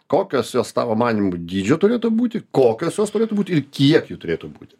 kokios jos tavo manymu dydžio turėtų būti kokios jos turėtų būti ir kiek jų turėtų būti